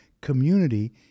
community